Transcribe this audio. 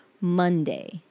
Monday